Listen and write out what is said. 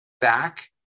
back